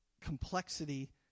complexity